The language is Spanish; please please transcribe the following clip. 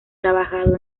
trabajado